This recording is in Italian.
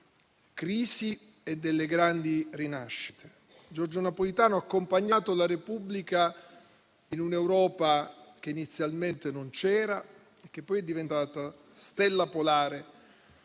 crisi e delle grandi rinascite. Giorgio Napolitano ha accompagnato la Repubblica in un'Europa che inizialmente non c'era, che poi è diventata stella polare